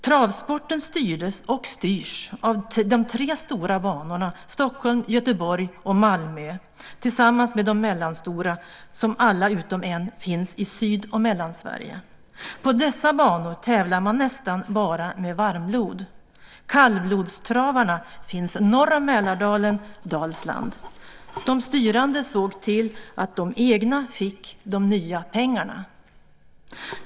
Travsporten styrdes och styrs av de tre stora banorna i Stockholm, Göteborg och Malmö tillsammans med de mellanstora, som alla utom en finns i Syd och Mellansverige. På dessa banor tävlar man nästan bara med varmblod. Kallblodstravarna finns norr om Mälardalen och i Dalsland. De styrande såg till att de egna fick de nya pengarna.